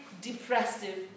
depressive